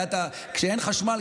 כשאין חשמל,